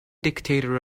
dictator